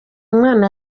mwana